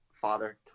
father